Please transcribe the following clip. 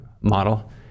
model